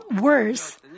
worse